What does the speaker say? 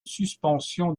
suspension